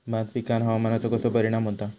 भात पिकांर हवामानाचो कसो परिणाम होता?